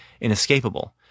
inescapable